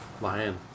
Lion